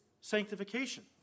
sanctification